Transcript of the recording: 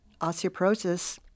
osteoporosis